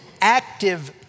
active